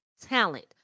talent